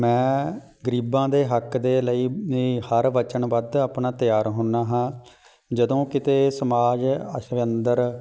ਮੈਂ ਗਰੀਬਾਂ ਦੇ ਹੱਕ ਦੇ ਲਈ ਹਰ ਬਚਣ ਵੱਧ ਆਪਣਾ ਤਿਆਰ ਹੁੰਦਾ ਹਾਂ ਜਦੋਂ ਕਿਤੇ ਸਮਾਜ ਅਸਵੰਦਰ